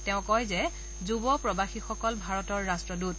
তেওঁ কয় যে যুৱ প্ৰৱাসীসকল ভাৰতৰ ৰট্টদূত